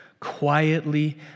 Quietly